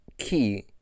key